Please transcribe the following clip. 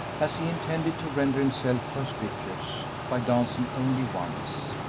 as he intended to render himself conspicuous by dancing only once,